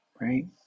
right